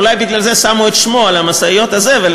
אולי בגלל זה שמו את שמו על משאיות הזבל,